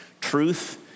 truth